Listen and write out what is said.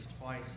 twice